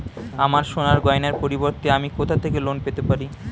আমার সোনার গয়নার পরিবর্তে আমি কোথা থেকে লোন পেতে পারি?